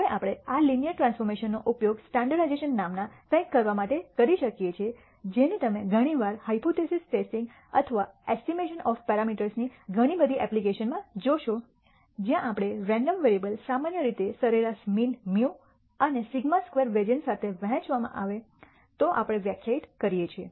હવે આપણે આ લિનિયર ટ્રાન્સફોર્મશન નો ઉપયોગ સ્ટાન્ડર્ર્ડીઝેશન નામના કંઈક કરવા માટે કરી શકીએ છીએ જેને તમે ઘણી વાર હાયપોથેસિસ ટેસ્ટિંગ અથવા એસ્ટિમેશન ઓફ પેરામીટર્સ ની ઘણી બધી એપ્લિકેશનમાં જોશો જ્યાં આપણે રેન્ડમ વેરીએબલ સામાન્ય રીતે સરેરાશ મીન μ અને σ2 વેરિઅન્સ સાથે વહેંચવામાં આવે તો આપણે વ્યાખ્યાયિત કરીએ છીએ